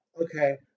Okay